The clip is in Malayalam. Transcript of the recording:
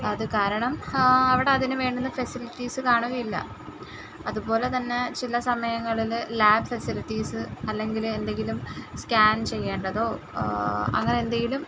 അത് കാരണം അവിടെ അതിനു വേണ്ട ഫെസിലിറ്റീസ് കാണുകയില്ല അതുപോലെ തന്നെ ചില സമയങ്ങളിൽ ലാബ് ഫെസിലിറ്റീസ് അല്ലെങ്കിൽ എന്തെങ്കിലും സ്കാൻ ചെയ്യേണ്ടതോ അങ്ങനെ എന്തേലും